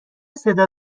صدا